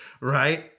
right